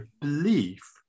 belief